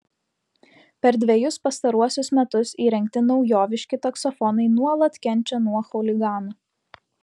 per dvejus pastaruosius metus įrengti naujoviški taksofonai nuolat kenčia nuo chuliganų